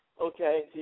Okay